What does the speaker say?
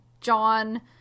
John